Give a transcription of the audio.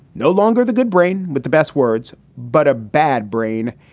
no longer the good brain, but the best words, but a bad brain.